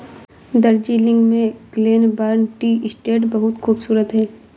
दार्जिलिंग में Glenburn tea estate बहुत खूबसूरत है